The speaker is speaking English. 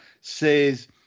says